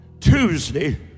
Tuesday